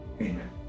amen